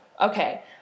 Okay